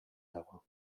dago